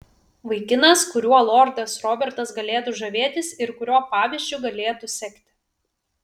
vaikinas kuriuo lordas robertas galėtų žavėtis ir kurio pavyzdžiu galėtų sekti